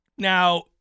Now